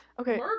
okay